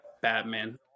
Batman